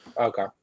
okay